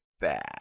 bad